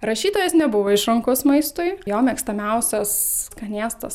rašytojas nebuvo išrankus maistui jo mėgstamiausias skanėstas